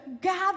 gather